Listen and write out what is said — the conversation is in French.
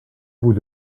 bout